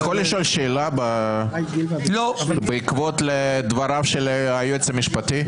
אני יכול לשאול שאלה בעקבות דבריו של היועץ המשפטי,